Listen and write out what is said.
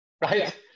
Right